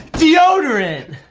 deodorant!